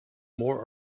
more